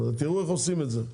תראו איך עושים את זה,